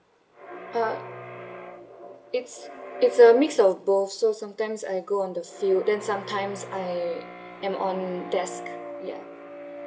uh it's it's a mix of both so sometimes I go on the field then sometimes I am on desk ya